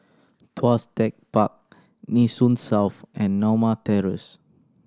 Tuas Tech Park Nee Soon South and Norma Terrace